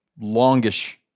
longish